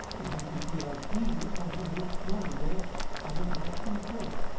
it makes him feel like he wasn't no solider than a ghost himself.